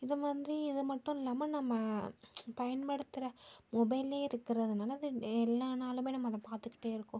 இதுமாதிரி இதுமட்டும் இல்லாமல் நம்ம பயன்படுத்துகிற மொபைல்லே இருக்கிறதனால் அது எல்லா நாளுமே நம்ம அதை பார்த்துக்கிட்டே இருக்கோம்